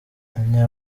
inyo